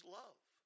love